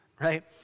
right